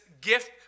gift